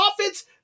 offense